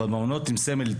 אבל במעונות עם סמל,